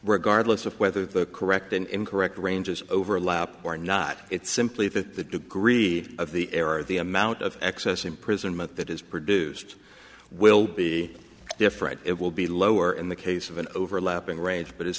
regardless of whether the correct and incorrect ranges overlap or not it's simply that the degree of the error the amount of excess imprisonment that is produced will be different it will be lower in the case of an overlapping range but i